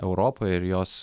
europai ir jos